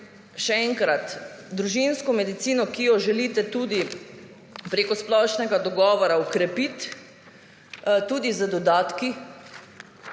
še enkrat. Družinsko medicino, ki jo želite tudi preko splošnega dogovora okrepiti tudi z dodatki,